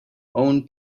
own